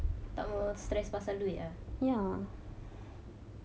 tak mau stress pasal duit lah